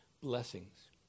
blessings